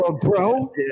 bro